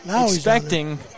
expecting